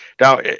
Now